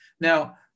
Now